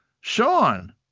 Sean